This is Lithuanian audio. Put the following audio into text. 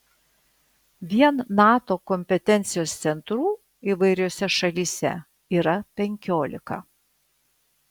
vien nato kompetencijos centrų įvairiose šalyse yra penkiolika